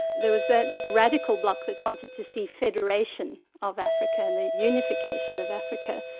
there was that radical bloc that wanted to see federation of africa and the unification of africa.